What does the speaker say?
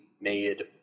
made